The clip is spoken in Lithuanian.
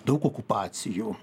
daug okupacijų